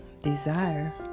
desire